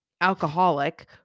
alcoholic